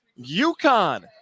UConn